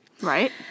Right